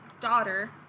daughter